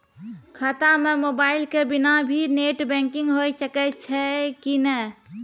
खाता म मोबाइल के बिना भी नेट बैंकिग होय सकैय छै कि नै?